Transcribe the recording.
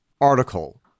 article